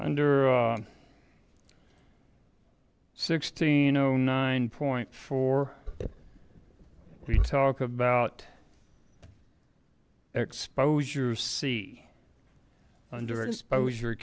nder sixteen oh nine point four we talk about exposure see under exposure